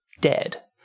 dead